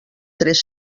tres